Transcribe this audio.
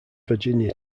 virginia